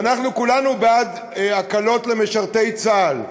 ואנחנו כולנו בעד הקלות למשרתי צה"ל,